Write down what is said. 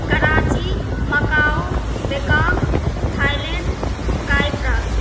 Karachi Macau Bangkok Thailand cyprus